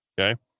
okay